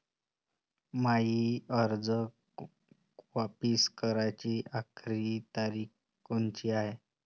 मायी कर्ज वापिस कराची आखरी तारीख कोनची हाय?